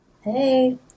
Hey